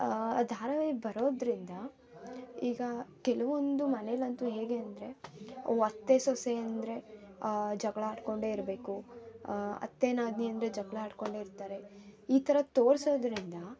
ಆ ಧಾರಾವಾಹಿ ಬರೋದರಿಂದ ಈಗ ಕೆಲವೊಂದು ಮನೇಲಿ ಅಂತೂ ಹೇಗೆ ಅಂದರೆ ಅತ್ತೆ ಸೊಸೆಯಂದಿರೆ ಜಗಳ ಆಡಿಕೊಂಡೇ ಇರಬೇಕು ಅತ್ತೆ ನಾದ್ನಿಯಂದ್ರು ಜಗಳ ಆಡಿಕೊಂಡೇ ಇರ್ತಾರೆ ಈ ಥರ ತೋರಿಸೋದ್ರಿಂದ